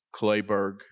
Clayburg